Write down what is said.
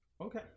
Okay